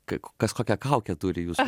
kaip kas kokią kaukę turi jūs